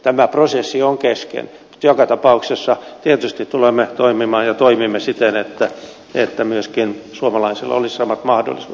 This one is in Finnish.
tämä prosessi on kesken mutta joka tapauksessa tietysti tulemme toimimaan ja toimimme siten että myöskin suomalaisilla olisi samat mahdollisuudet